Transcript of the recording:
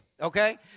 okay